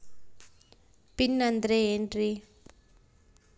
Pin ಅಂದ್ರೆ ಏನ್ರಿ?